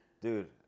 Dude